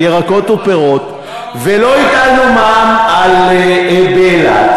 דרך אגב, איפה השר?